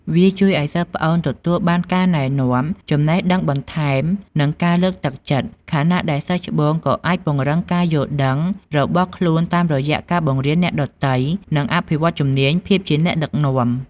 វាជួយឲ្យសិស្សប្អូនទទួលបានការណែនាំ ចំណេះដឹងបន្ថែម និងការលើកទឹកចិត្ត ខណៈដែលសិស្សច្បងក៏អាចពង្រឹងការយល់ដឹងរបស់ខ្លួនតាមរយៈការបង្រៀនអ្នកដទៃ និងអភិវឌ្ឍជំនាញភាពជាអ្នកដឹកនាំ។